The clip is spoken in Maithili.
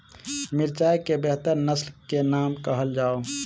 मिर्चाई केँ बेहतर नस्ल केँ नाम कहल जाउ?